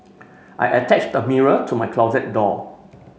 I attached a mirror to my closet door